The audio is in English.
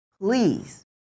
please